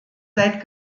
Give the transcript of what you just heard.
seit